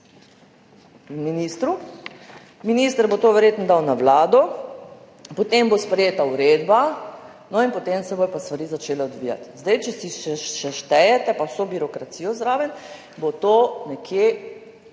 ministru, minister bo to verjetno dal na Vlado, potem bo sprejeta uredba, no in potem se bodo pa stvari začele odvijati. Če si štejete, pa vso birokracijo zraven, bo to nekje,